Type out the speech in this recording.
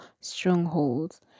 strongholds